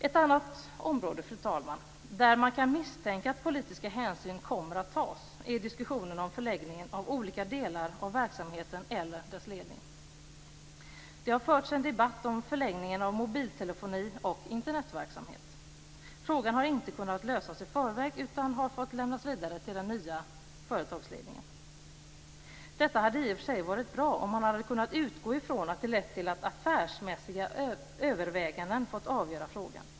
Ett annat område där man kan misstänka att politiska hänsyn kommer att tas är diskussionen om förläggningen av olika delar av verksamheten eller dess ledning. Det har förts en debatt om förläggningen av mobiltelefoni och Internetverksamhet. Frågan har inte kunnat lösas i förväg utan har fått lämnas vidare till den nya företagsledningen. Detta hade i och för sig varit bra, om man kunnat utgå från att det lett till att affärsmässiga överväganden fått avgöra frågan.